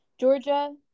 Georgia